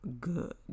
good